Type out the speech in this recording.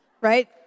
right